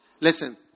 Listen